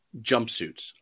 jumpsuits